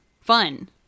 fun